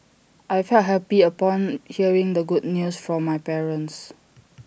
I felt happy upon hearing the good news from my parents